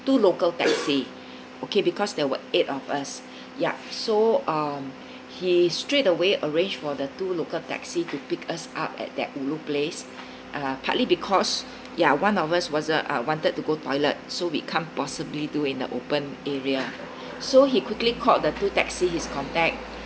two local taxi okay because there were eight of us ya so um he straightaway arrange for the two local taxi to pick us up at that ulu place uh partly because ya one of us was a uh wanted to go toilet so we can't possibly do in the open area so he quickly called the two taxi his contact